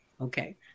okay